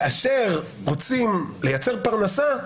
כאשר רוצים לייצר פרנסה,